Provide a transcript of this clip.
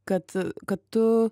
kad kad tu